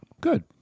Good